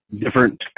different